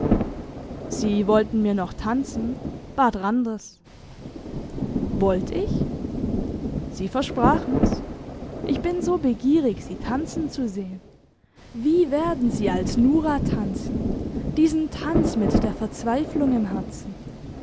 sie wollten mir noch tanzen bat randers wollt ich sie versprachen's ich bin so begierig sie tanzen zu sehen wie werden sie als nora tanzen diesen tanz mit der verzweiflung im herzen